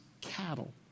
cattle